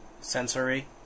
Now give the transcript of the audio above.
sensory